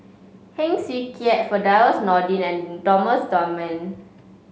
Heng Swee Keat Firdaus Nordin and Thomas Dunman